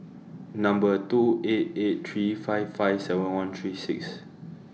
Number two eight eight three five five seven one three six